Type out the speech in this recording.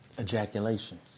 ejaculation